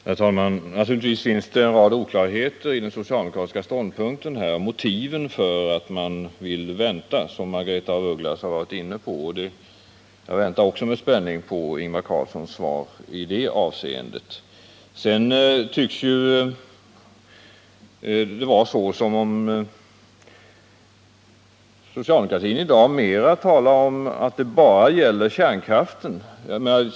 Herr talman! Naturligtvis finns det en rad oklarheter i den socialdemokratiska ståndpunkten, bl.a. motiven för att man vill vänta, som Margaretha af Ugglas var inne på. Jag väntar också med spänning på Ingvar Carlssons svar i det avseendet. Sedan tycks det vara så att socialdemokratin i dag talar mera om att folkomröstningen bara gäller kärnkraften.